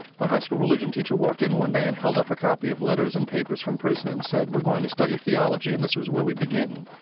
my high school religion teacher walked in one day and held up a copy of letters and papers from prison and said, we're going to study theology, and this is where we begin.